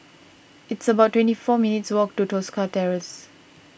it's about twenty four minutes' walk to Tosca Terrace